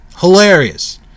hilarious